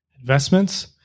Investments